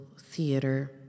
theater